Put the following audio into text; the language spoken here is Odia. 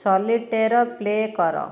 ସଲିଟେର୍ ପ୍ଲେ କର